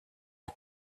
aux